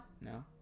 No